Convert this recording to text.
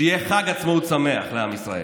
שיהיה חג עצמאות שמח לעם ישראל.